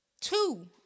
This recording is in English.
Two